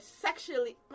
sexually